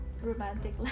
romantic